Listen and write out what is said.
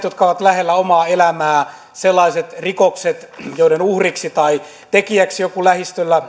jotka ovat lähellä omaa elämää sellaisista rikoksista joiden uhriksi tai tekijäksi joku lähipiirissä